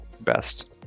best